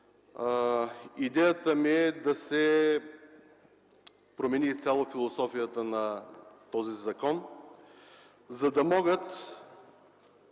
Идеята ми е да се промени изцяло философията на този закон, за да могат